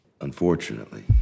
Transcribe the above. Unfortunately